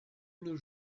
nos